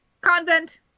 convent